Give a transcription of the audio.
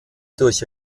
durch